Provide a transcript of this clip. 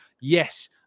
Yes